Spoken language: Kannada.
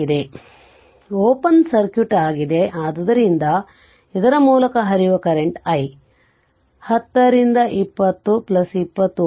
ಇದು ಓಪನ್ ಸರ್ಕ್ಯೂಟ್ ಆಗಿದೆ ಆದ್ದರಿಂದ ಇದರ ಮೂಲಕ ಹರಿಯುವ ಕರೆಂಟ್ i 10 ರಿಂದ 20 Ω 20 Ω